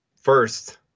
First